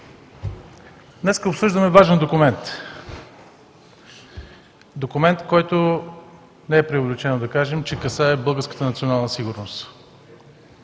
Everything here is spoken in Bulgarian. Днес обсъждаме важен документ – документ, който не е преувеличено да кажем, че касае българската национална сигурност;